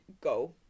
go